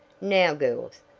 now, girls,